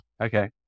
okay